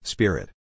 Spirit